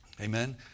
Amen